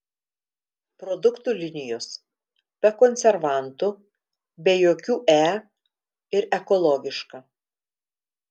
produktų linijos be konservantų be jokių e ir ekologiška